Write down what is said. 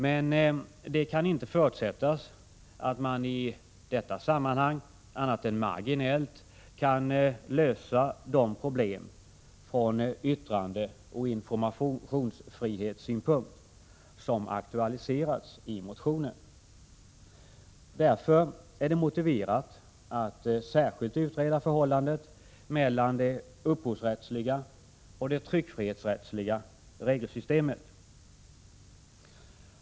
Men det kan inte förutsättas att man i detta sammanhang annat än marginellt kan lösa de problem från yttrandeoch informationsfrihetssynpunkt som aktualiserats i motionen. Därför är det motiverat att särskilt utreda förhållandet mellan det upphovsrättsliga och det tryckfrihetsrättsliga regelsystemet.